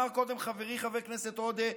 אמר קודם חברי חבר הכנסת עודה,